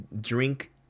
drink